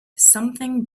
something